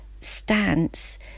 stance